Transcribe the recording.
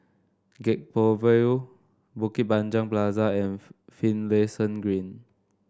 Gek Poh Ville Bukit Panjang Plaza and Finlayson Green